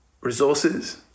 resources